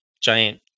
giant